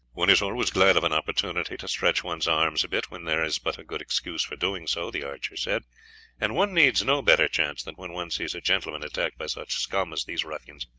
one is always glad of an opportunity to stretch one's arms a bit when there is but a good excuse for doing so, the archer said and one needs no better chance than when one sees a gentleman attacked by such scum as these ruffians,